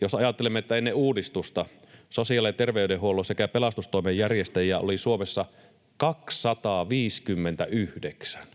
Jos ajattelemme, että ennen uudistusta sosiaali- ja terveydenhuollon sekä pelastustoimen järjestäjiä oli Suomessa 259 — oli